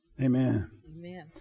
Amen